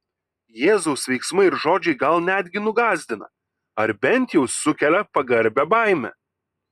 jėzaus veiksmai ir žodžiai gal netgi nugąsdina ar bent jau sukelia pagarbią baimę